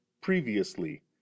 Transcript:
previously